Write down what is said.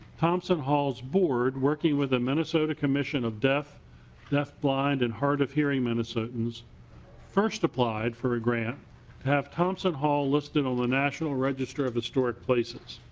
thompson halls board working with the minnesota commission of deaf deaf blind and hard of hearing minnesotans first applied for a grant drop thompson hall listed on the national register of historic places.